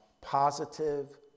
positive